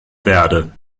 verde